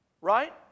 Right